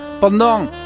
Pendant